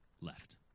left